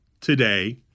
today